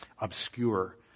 obscure